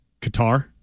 Qatar